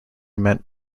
meant